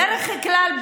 בדרך כלל,